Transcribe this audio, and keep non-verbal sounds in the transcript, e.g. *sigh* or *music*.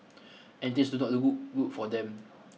*noise* and things do not look good for them